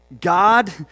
God